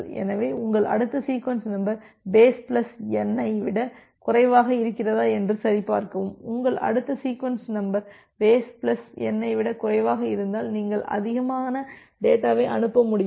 எனவே உங்கள் அடுத்த sequence number base plus N I விட குறைவாக இருக்கிறதா என்று சரிபார்க்கவும் உங்கள் அடுத்த sequence number base plus N I விட குறைவாக இருந்தால் நீங்கள் அதிகமான டேட்டாவை அனுப்ப முடியும்